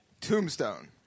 Tombstone